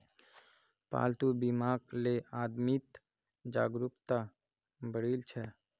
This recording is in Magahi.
पालतू बीमाक ले आदमीत जागरूकता बढ़ील छ